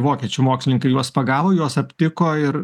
vokiečių mokslininkai juos pagavo juos aptiko ir